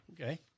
Okay